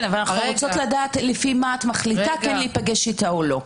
אנו רוצים לדעת לפי מה את מחליטה אם להיפגש איתה או לא.